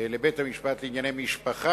לבית-המשפט לענייני משפחה,